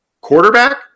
quarterback